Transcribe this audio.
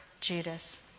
Judas